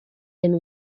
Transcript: and